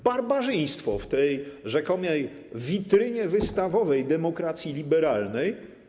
Barbarzyństwo w tej rzekomej witrynie wystawowej demokracji liberalnej.